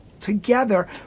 Together